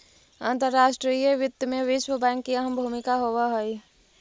अंतर्राष्ट्रीय वित्त में विश्व बैंक की अहम भूमिका होवअ हई